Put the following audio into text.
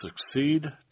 succeed